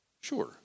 Sure